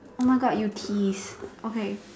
oh my God you tease okay